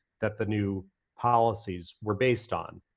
that the new policies were based on.